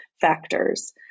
factors